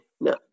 no